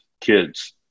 kids